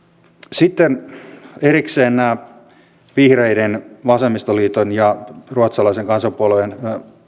sitten erikseen vihreiden vasemmistoliiton ja ruotsalaisen kansanpuolueen